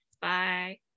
Bye